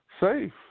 safe